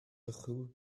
acu